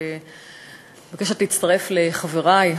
אני מבקשת להצטרף לחברי.